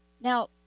Now